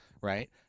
right